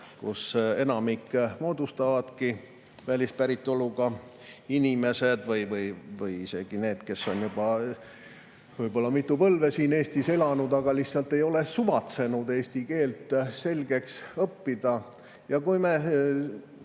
kus enamiku moodustavadki välispäritoluga inimesed või isegi need, kes on juba võib-olla mitu põlve siin Eestis elanud, aga lihtsalt ei ole suvatsenud eesti keelt selgeks õppida. Ja kui me